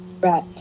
Right